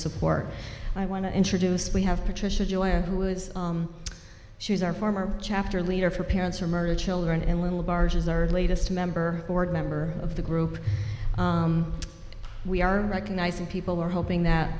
support i want to introduce we have patricia joya who is she's our former chapter leader for parents for murdered children in little barges our latest member board member of the group we are recognizing people who are hoping that